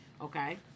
Okay